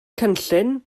cynllun